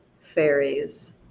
fairies